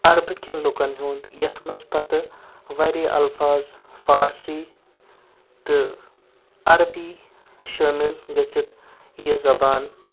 عربٕکٮ۪ن لُکَن ہُنٛد یَتھ منٛز پتہٕ واریاہ الفاظ فارسی تہٕ عربی شٲمِل گٔژھِتھ یہِ زبان